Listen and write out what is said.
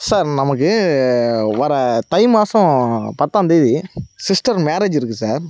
sir நமக்கு வர தை மாசம் பத்தாம்தேதி சிஸ்டர் மேரேஜ் இருக்குது சார்